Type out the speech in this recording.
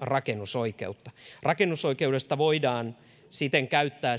rakennusoikeutta rakennusoikeudesta voidaan siten käyttää